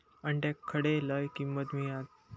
अंड्याक खडे लय किंमत मिळात?